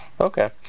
okay